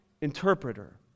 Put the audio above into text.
interpreter